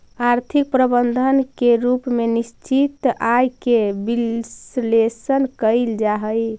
आर्थिक प्रबंधन के रूप में निश्चित आय के विश्लेषण कईल जा हई